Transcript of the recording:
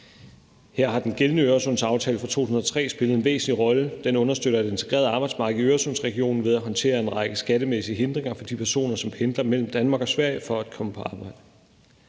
Her har den gældende Øresundsaftalen fra 2003 spillet en væsentlig rolle. Den understøtter et integreret arbejdsmarked i Øresundsregionen ved at håndtere en række skattemæssige hindringer for de personer, som pendler mellem Danmark og Sverige for at komme på arbejde.